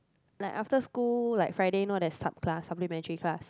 like after school like Friday know there's sup class supplementary class